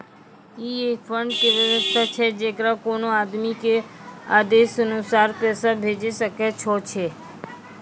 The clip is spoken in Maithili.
ई एक फंड के वयवस्था छै जैकरा कोनो आदमी के आदेशानुसार पैसा भेजै सकै छौ छै?